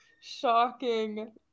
Shocking